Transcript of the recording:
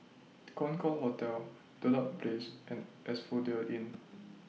Concorde Hotel Dedap Place and Asphodel Inn